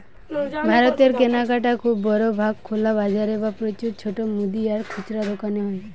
ভারতের কেনাকাটা খুব বড় ভাগ খোলা বাজারে বা প্রচুর ছোট মুদি আর খুচরা দোকানে হয়